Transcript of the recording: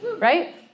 right